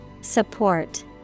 Support